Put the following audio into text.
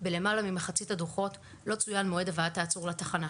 בלמעלה ממחצית הדוחות לא צוין מועד הבאת העצור לתחנה.